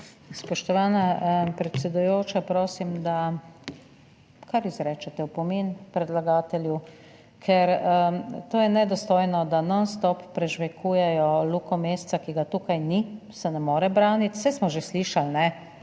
Spoštovana predsedujoča, prosim, da kar izrečete opomin predlagatelju. Ker to je nedostojno, da nonstop prežvekujejo Luko Mesca, ki ga tukaj ni, se ne more braniti. Saj smo že slišali že